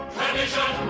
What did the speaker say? Tradition